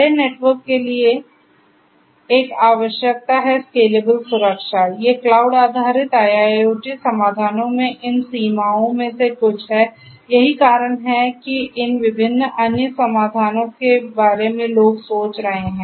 बड़े नेटवर्क के लिए एक आवश्यकता है स्केलेबल सुरक्षा ये क्लाउड आधारित IIoT समाधानों में इन सीमाओं में से कुछ हैं यही कारण है कि इन विभिन्न अन्य समाधानों के बारे में लोग सोच रहे हैं